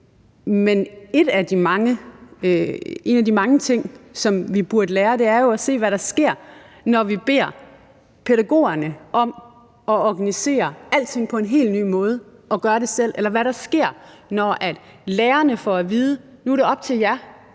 men en af de mange ting, som vi burde lære, er jo at se, hvad der sker, når vi beder pædagogerne om at organisere alting på en helt ny måde og gøre det selv, eller hvad der sker, når lærerne får at vide: Nu er det op til jer;